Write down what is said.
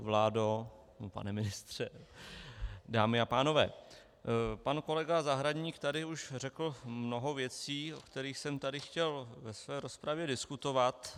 Vládo, pane ministře, dámy a pánové, pan kolega Zahradník tady už řekl mnoho věcí, o kterých jsem tady chtěl ve své rozpravě diskutovat.